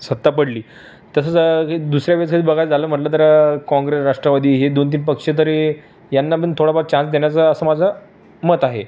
सत्ता पडली तसं जर दुसऱ्या वेळेस बघायला झालं म्हणलं तर काँग्रेस राष्ट्रवादी ही दोन तीन पक्ष तरी यांना पण थोडाफार चान्स देण्याचं असं माझं मत आहे